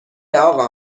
اقا